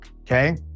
okay